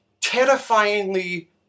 terrifyingly